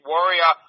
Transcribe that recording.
Warrior